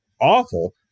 awful